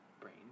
brain